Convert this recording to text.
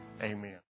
amen